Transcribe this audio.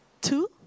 Two